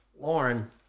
Lauren